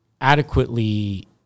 Adequately